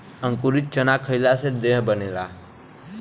अंकुरित चना खईले से देह बनेला